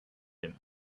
him